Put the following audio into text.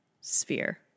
sphere